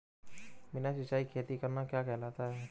बिना सिंचाई खेती करना क्या कहलाता है?